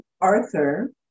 Arthur